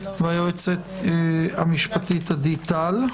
והיועצת המשפטית עדי טל,